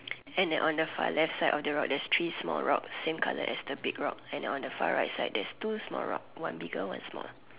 and on the far left side of the rock there's three small rock same colour as the big rock and on the far right side there's two small rock one bigger one smaller